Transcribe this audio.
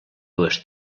dues